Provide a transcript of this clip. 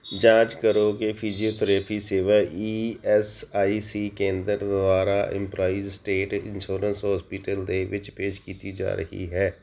ਜਾਂਚ ਕਰੋ ਕਿ ਫਿਜ਼ੀਓਥੈਰੇਪੀ ਸੇਵਾ ਈ ਐਸ ਆਈ ਸੀ ਕੇਂਦਰ ਦੁਆਰਾ ਇੰਪੋਲਾਈਸ ਸਟੇਟ ਇੰਸ਼ੋਰੈਂਸ ਹੋਸਪਿਟਲ ਦੇ ਵਿੱਚ ਪੇਸ਼ ਕੀਤੀ ਜਾ ਰਹੀ ਹੈ